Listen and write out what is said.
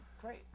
great